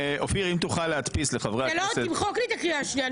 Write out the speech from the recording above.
לא, תמחק לי את הקריאה השנייה.